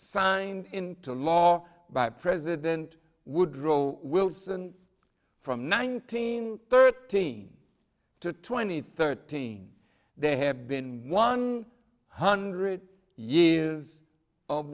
signed into law by president woodrow wilson from nineteen thirteen to twenty thirteen they have been one hundred years of